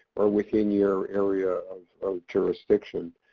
or within your area of jurisdiction.